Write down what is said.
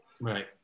Right